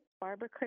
Barbara